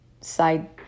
side